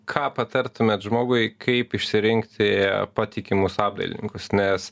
ką patartumėt žmogui kaip išsirinkti patikimus apdailininkus nes